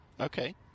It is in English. Okay